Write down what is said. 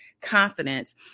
confidence